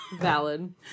Valid